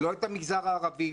לא את המגזר הערבי,